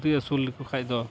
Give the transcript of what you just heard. ᱥᱩᱠᱨᱤ ᱟᱹᱥᱩᱞ ᱞᱮᱠᱚ ᱠᱷᱟᱱ ᱫᱚ